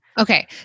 Okay